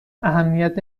اهمیت